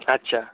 আচ্ছা